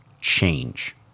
change